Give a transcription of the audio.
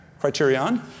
criterion